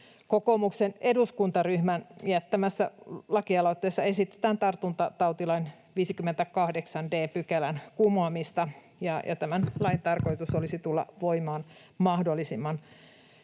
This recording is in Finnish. kokoomuksen eduskuntaryhmän jättämässä lakialoitteessa esitetään tartuntatautilain 58 d §:n kumoamista, ja tämän lain olisi tarkoitus tulla voimaan mahdollisimman